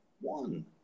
One